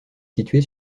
située